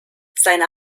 seine